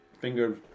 finger